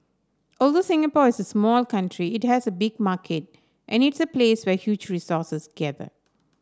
although Singapore is a small country it has a big market and its a place where huge resources gather